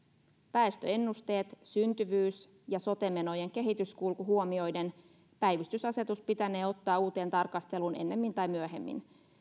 väestöennusteet syntyvyys ja sote menojen kehityskulku huomioiden päivystysasetus pitänee ottaa uuteen tarkasteluun enemmin tai myöhemmin